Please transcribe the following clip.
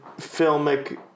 filmic